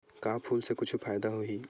का फूल से कुछु फ़ायदा होही?